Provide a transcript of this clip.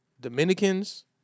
Dominicans